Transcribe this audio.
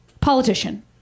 politician